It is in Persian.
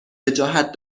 وجاهت